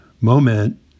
moment